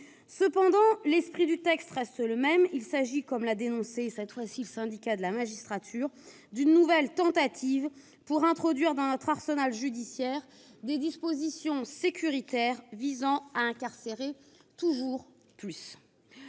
Cependant, l'esprit du texte reste le même. Il s'agit, comme l'a dénoncé le Syndicat de la magistrature, « d'une nouvelle tentative pour introduire dans notre arsenal judiciaire des dispositions sécuritaires visant à incarcérer toujours plus